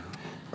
ya